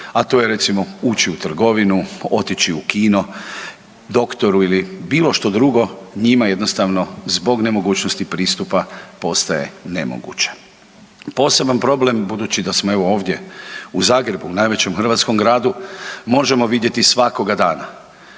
a to je recimo ući u trgovinu, otići u kino, doktoru ili bilo što drugo njima jednostavno zbog nemogućnosti pristupa postaje nemoguće. Poseban problem, budući da smo evo ovdje u Zagrebu, najvećem hrvatskom gradu možemo vidjeti svakoga dana